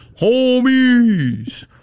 homies